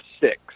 six